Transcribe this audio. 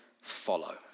follow